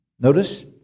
notice